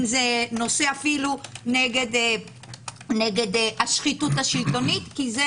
אם זה נושא נגד שחיתות שלטונית כי זה